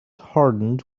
hardened